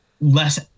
less